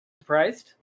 surprised